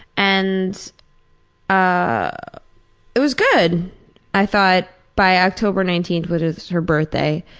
and ah it was good i thought. by october nineteenth, which was her birthday,